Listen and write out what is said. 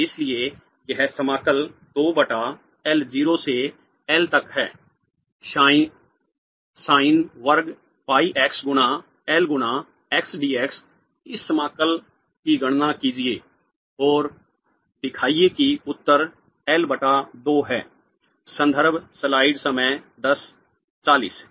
इसलिए यह समाकल 2 बटा L 0 से L तक है sin वर्ग pi x गुणा L गुणा x dx इस समाकल की गणना कीजिए और दिखाइए कि उत्तर L बटा 2 है